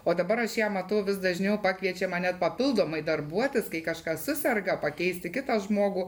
o dabar aš ją matau vis dažniau pakviečiam net papildomai darbuotis kai kažkas suserga pakeisti kitą žmogų